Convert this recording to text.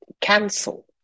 cancel